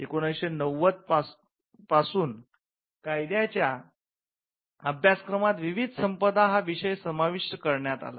१९९० पासून कायद्याच्या अभ्यासक्रमात बौद्धिक संपदा हा विषय समाविष्ट करण्यात आला